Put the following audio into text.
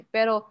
Pero